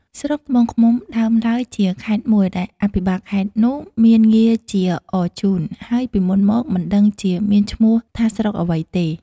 ស្រុកត្បូងឃ្មុំដើមឡើយជាខេត្តមួយ ដែលអភិបាលខេត្តនោះមានងារជាអរជូន ហើយពីមុនមកមិនដឹងជាមានឈ្មោះថាស្រុកអ្វីទេ។